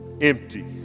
empty